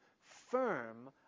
firm